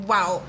Wow